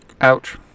Ouch